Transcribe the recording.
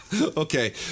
Okay